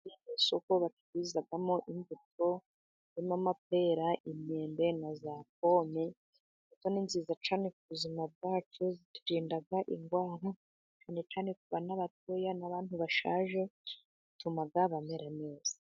Isoko bacururizamo imbuto, zirimo amapera, imyembe, na za pome, imbuto ni nziza cyane ku buzima bwacu, ziturinda indwara cyane cyane ku bana batoya n'abantu bashaje, zituma bamera neza.